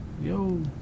Yo